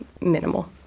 minimal